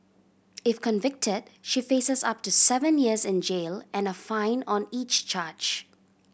if convicted she faces up to seven years in jail and a fine on each charge